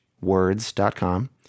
words.com